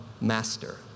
master